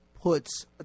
puts